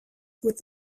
with